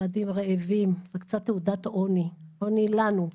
ילדים רעבים, זאת קצת תעודת עוני, עוני לנו.